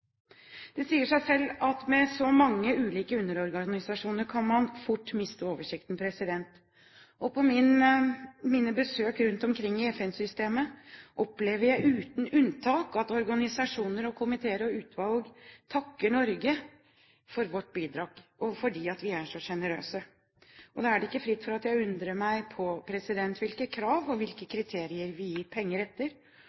Det sier seg selv at med så mange ulike underorganisasjoner kan man fort miste oversikten. På mine besøk rundt omkring i FN-systemet opplever jeg uten unntak at organisasjoner og komiteer og utvalg takker Norge for vårt bidrag og for at vi er så sjenerøse. Og da er det ikke fritt for at jeg undrer meg på etter hvilke krav og hvilke